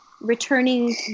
returning